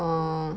orh